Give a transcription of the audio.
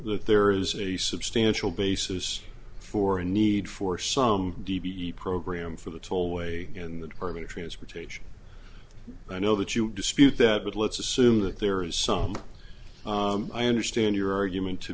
that there is a substantial basis for a need for some d b e program for the tollway in the department of transportation i know that you dispute that but let's assume that there is some i understand your argument to